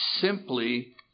simply